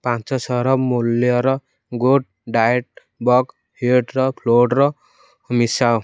ପାଞ୍ଚଶହର ମୂଲ୍ୟର good diet buckwheat flour ମିଶାଅ